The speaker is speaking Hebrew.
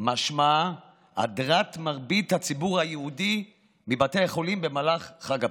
משמעה הדרת מרבית הציבור היהודי מבתי החולים במהלך חג הפסח.